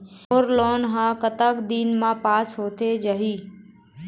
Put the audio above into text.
मोर loan हा कतक दिन मा पास होथे जाही?